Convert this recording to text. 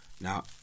Now